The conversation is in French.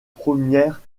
première